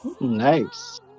Nice